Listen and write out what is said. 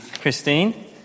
Christine